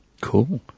Cool